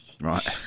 Right